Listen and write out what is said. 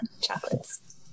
chocolates